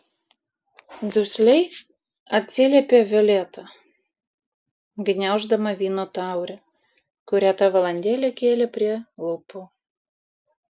dusliai atsiliepė violeta gniauždama vyno taurę kurią tą valandėlę kėlė prie lūpų